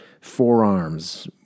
forearms